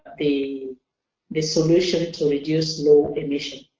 the the solution to reduce low emission.